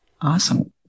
Awesome